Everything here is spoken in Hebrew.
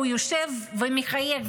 הוא יושב ומחייך.